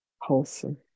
wholesome